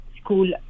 school